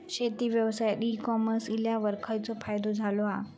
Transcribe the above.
शेती व्यवसायात e commerce इल्यावर खयचो फायदो झालो आसा?